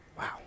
wow